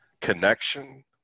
connection